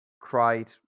cried